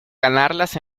ganarlas